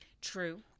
true